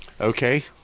okay